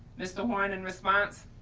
mr. warren in response?